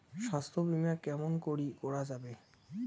স্বাস্থ্য বিমা কেমন করি করা যাবে?